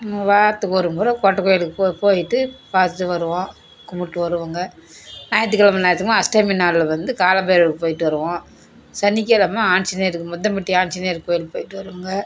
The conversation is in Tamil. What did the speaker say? வாரத்துக்கு ஒரு முறை கோட்டை கோயிலுக்குப் போ போயிட்டு பார்த்துட்டு வருவோம் கும்பிட்டு வருவோங்க ஞாயிற்றுக்கெழம ஞாயிற்றுக்கெழம அஷ்டமி நாளில் வந்து கால பைரவருக்குப் போயிட்டு வருவோம் சனிக்கிழம ஆஞ்சநேயருக்கு முத்தம்பட்டி ஆஞ்சநேயர் கோயிலுக்குப் போயிட்டு வருவோங்க